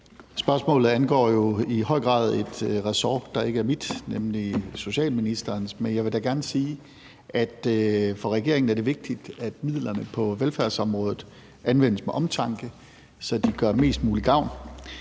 Spørgsmålet angår jo i høj grad et ressort, der ikke er mit, men socialministerens. Men jeg vil da gerne sige, at for regeringen er det vigtigt, at midlerne på velfærdsområdet anvendes med omtanke, så de gør mest mulig gavn.